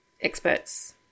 experts